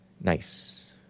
nice